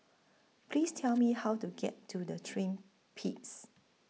Please Tell Me How to get to The Twin Peaks